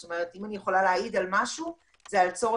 זאת אומרת אם אני יכולה להעיד על משהו זה